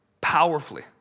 powerfully